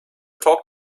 talk